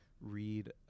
read